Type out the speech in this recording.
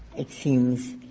it seems